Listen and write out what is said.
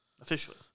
Officially